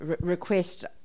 request